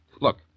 Look